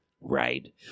Right